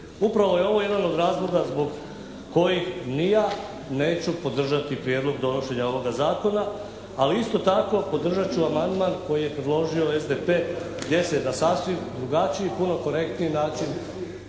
Upravo je ovo jedan od razloga zbog kojih ni ja neću podržati prijedlog donošenja ovoga zakona. Ali isto tako podržat ću amandman koji je predložio SDP gdje se na sasvim drugačiji i puno korektniji način